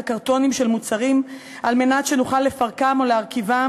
קרטונים של מוצרים על מנת שנוכל לפרקם או להרכיבם